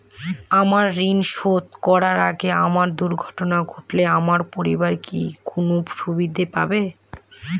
আমার ঋণ শোধ করার আগে আমার দুর্ঘটনা ঘটলে আমার পরিবার কি কোনো সুবিধে পাবে?